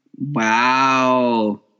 Wow